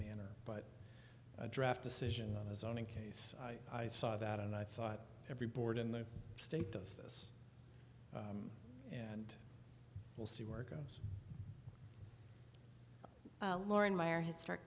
manner but a draft decision on his own in case i saw that and i thought every board in the state does this and we'll see work us lauren meyer historic